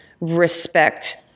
respect